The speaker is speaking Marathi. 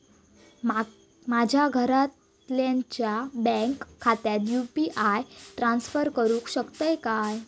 माझ्या घरातल्याच्या बँक खात्यात यू.पी.आय ट्रान्स्फर करुक शकतय काय?